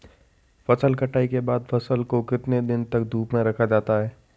फसल कटाई के बाद फ़सल को कितने दिन तक धूप में रखा जाता है?